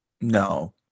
No